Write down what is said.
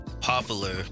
popular